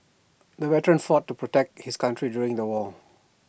the veteran fought to protect his country during the war